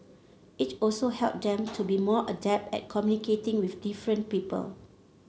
it also help them be more adept at communicating with different people